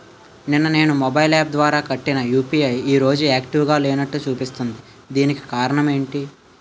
నిన్న నేను mobile app ద్వారా కట్టిన యు.పి.ఐ ఈ రోజు యాక్టివ్ గా లేనట్టు చూపిస్తుంది దీనికి కారణం ఏమిటి?